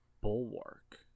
Bulwark